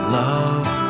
love